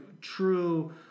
true